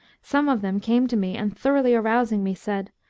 some of them came to me and thoroughly arousing me said,